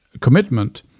commitment